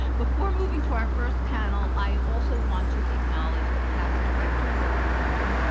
before moving to our first panel, i also want to acknowledge the past directors of the center,